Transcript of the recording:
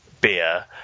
beer